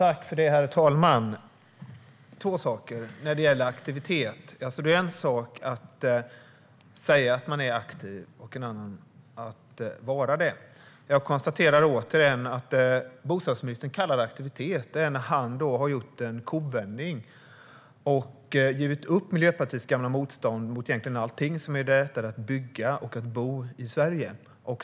Herr talman! Jag ska säga två saker när det gäller aktivitet. Det är en sak att säga att man är aktiv och en annan att vara det. Jag konstaterar återigen att bostadsministern kallar det för aktivitet när han har gjort en kovändning och givit upp Miljöpartiets gamla motstånd mot egentligen allting som gör det lättare att bygga och bo i Sverige.